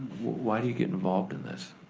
why do you get involved in this?